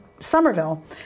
Somerville